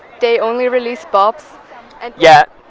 they only release bops and yeah.